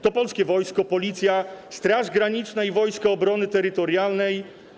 To polskie wojsko, Policja, Straż Graniczna i Wojska Obrony Terytorialnej.